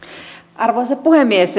arvoisa puhemies